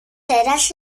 teraz